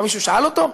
מה, מישהו שאל אותו?